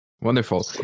Wonderful